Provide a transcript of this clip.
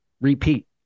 repeat